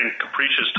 capricious